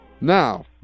Now